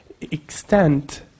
extent